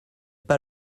pas